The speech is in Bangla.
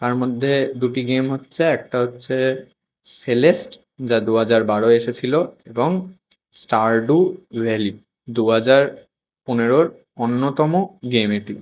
তার মধ্যে দুটি গেম হচ্ছে একটা হচ্ছে সেলেস্ট যা দু হাজার বারোয় এসেছিলো এবং ষ্টারডুউ ভ্যালি দু হাজার পনেরোর অন্যতম গেম এটি